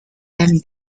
ram